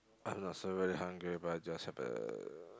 I'm not so very hungry but just uh